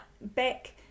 Back